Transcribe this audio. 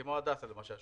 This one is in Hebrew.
כמו הדסה למשל,